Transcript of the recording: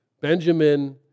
Benjamin